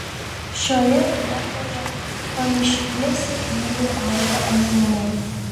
šioje vietoje pamiškyje sėkmingai auga ąžuolai